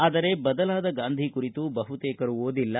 ಆದರೆ ಬದಲಾದ ಗಾಂಧಿ ಕುರಿತು ಬಹುತೇಕರು ಓದಿಲ್ಲ